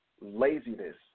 laziness